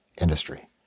industry